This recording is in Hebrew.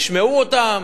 ישמעו אותן.